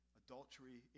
adultery